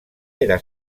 era